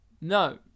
No